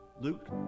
Luke